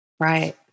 Right